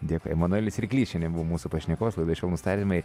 dėkui emanuelis ryklys šiandien buvo mūsų pašnekovas laida švelnūs tardymai